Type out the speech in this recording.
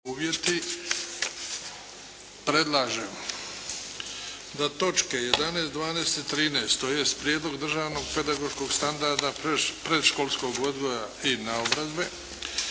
(HDZ)** Predlažem da točke 11., 12. i 13., tj. Prijedlog državnog pedagoškog standarda predškolskog odgoja i naobrazbe,